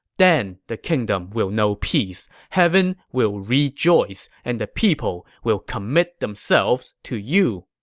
then the kingdom will know peace, heaven will rejoice, and the people will commit themselves to you.